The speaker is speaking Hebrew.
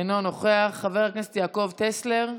אינו נוכח, חבר הכנסת יעקב טסלר,